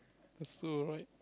it's still alright